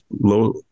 low